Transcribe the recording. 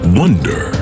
wonder